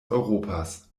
europas